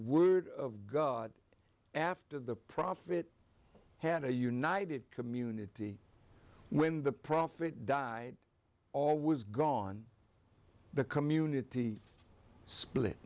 word of god after the profit had a united community when the prophet died all was gone the community split